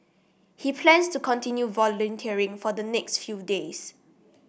he plans to continue volunteering for the next few days